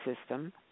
system